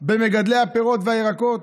במגדלי הפירות והירקות,